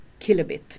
kilobit